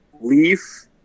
leaf